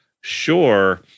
sure